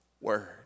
word